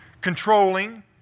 controlling